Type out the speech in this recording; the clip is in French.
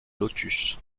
lotus